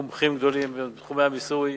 מומחים גדולים בתחומי המיסוי,